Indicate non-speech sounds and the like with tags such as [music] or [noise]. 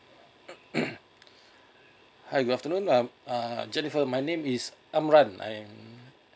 [noise] hi good afternoon uh jennifer my name is amran I'm